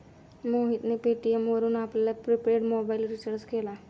मोहितने पेटीएम वरून आपला प्रिपेड मोबाइल रिचार्ज केला